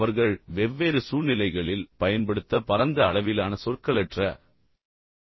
எனவே அவர்கள் வெவ்வேறு சூழ்நிலைகளில் பயன்படுத்த பரந்த அளவிலான சொற்களற்ற நடத்தைகளை உருவாக்க முடியும்